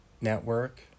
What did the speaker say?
Network